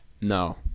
No